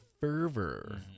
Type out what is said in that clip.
fervor